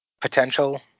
potential